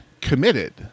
committed